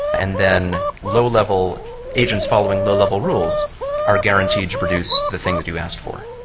and then low-level agents following low-level rules are guaranteed to produce the thing that you asked for.